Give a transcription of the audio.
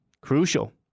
crucial